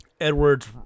edwards